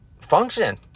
function